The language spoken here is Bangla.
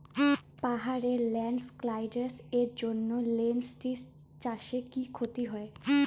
পাহাড়ে ল্যান্ডস্লাইডস্ এর জন্য লেনটিল্স চাষে খুব ক্ষতি হয়